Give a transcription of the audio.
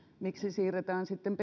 miksi siirretään sitten